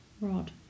rod